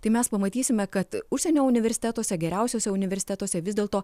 tai mes pamatysime kad užsienio universitetuose geriausiuose universitetuose vis dėlto